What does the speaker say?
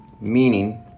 meaning